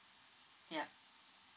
yup